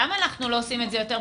למה אנחנו לא עושים את זה פשוט?